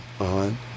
on